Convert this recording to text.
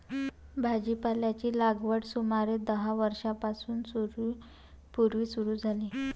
भाजीपाल्याची लागवड सुमारे दहा हजार वर्षां पूर्वी सुरू झाली